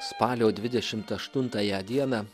spalio dvidešimt aštuntąją dieną